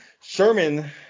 Sherman